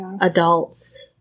adults